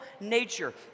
nature